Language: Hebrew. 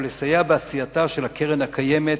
ולסייע בעשייתה של הקרן הקיימת,